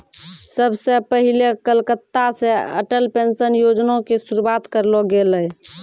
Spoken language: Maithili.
सभ से पहिले कलकत्ता से अटल पेंशन योजना के शुरुआत करलो गेलै